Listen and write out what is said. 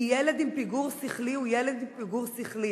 כי ילד עם פיגור שכלי הוא ילד עם פיגור שכלי,